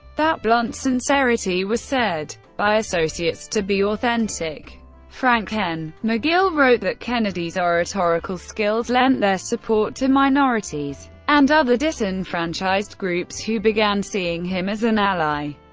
that blunt sincerity was said by associates to be authentic frank n. magill wrote that kennedy's oratorical skills lent their support to minorities and other disenfranchised groups who began seeing him as an ally.